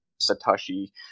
Satoshi